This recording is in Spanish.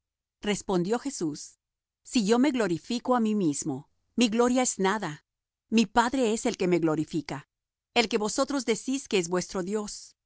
respondió jesús si yo me glorifico á mí mismo mi gloria es nada mi padre es el que me glorifica el que vosotros decís que es vuestro dios